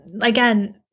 again